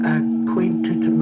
acquainted